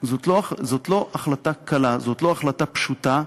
זאת לא החלטה פשוטה,